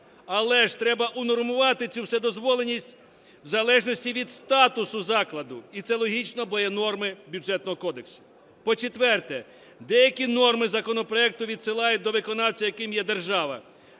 але ж треба унормувати цю вседозволеність в залежності від статусу закладу і це логічно, бо є норми Бюджетного кодексу. По-четверте, деякі норми законопроекту відсилають до виконавця, яким є держава.